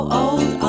old